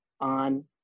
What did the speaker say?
on